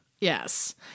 Yes